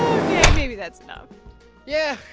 ok. maybe that's enough yeah.